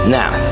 now